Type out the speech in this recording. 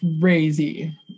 crazy